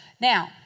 Now